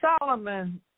Solomon